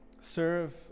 Serve